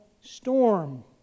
storm